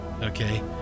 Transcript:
okay